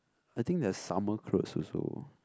I think their summer clothes also